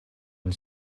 and